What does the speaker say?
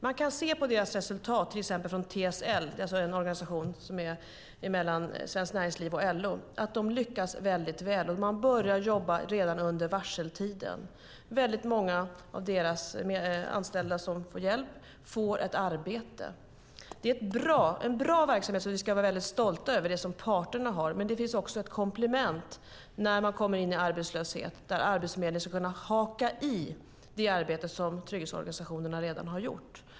Man kan se av resultatet från till exempel TSL, en organisation bestående av Svenskt Näringsliv och LO, att de lyckas väldigt väl. De börjar jobba redan under varseltiden. Många av de anställda som får hjälp får också ett arbete. Det är en bra verksamhet som parterna bedriver och något som vi ska vara stolta över. Sedan finns det ett komplement när man hamnar i arbetslöshet som innebär att Arbetsförmedlingen ska kunna haka på det arbete som trygghetsorganisationerna redan har gjort.